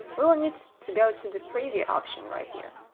we will need to go to the preview option right here